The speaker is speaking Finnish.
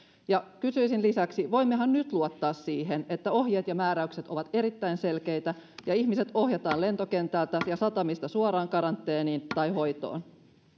ja kysyisin lisäksi voimmehan nyt luottaa siihen että ohjeet ja määräykset ovat erittäin selkeitä ja ihmiset ohjataan lentokentältä ja satamista suoraan karanteeniin tai hoitoon